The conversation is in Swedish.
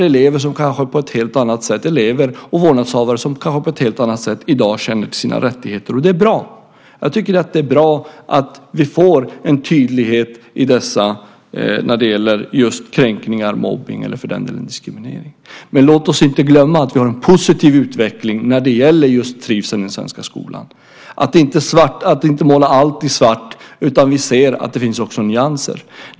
Det finns elever och vårdnadshavare som i dag känner till sina rättigheter på ett helt annat sätt, och det är bra. Jag tycker att det är bra att vi får en tydlighet när det gäller just kränkningar, mobbning eller diskriminering. Men låt oss inte glömma att vi har en positiv utveckling när det gäller just trivseln i den svenska skolan. Vi får inte måla allt i svart utan också se att det finns nyanser.